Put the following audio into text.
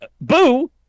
Boo